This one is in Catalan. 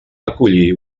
acollí